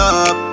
up